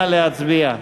נא להצביע.